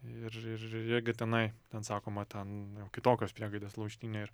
ir ir jie gi tenai ten sakoma ten na kitokios priegaidės laužtinė ir